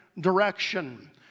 direction